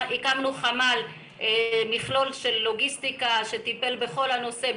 הקמנו חמ"ל לוגיסטי שטיפל בכל הנושא,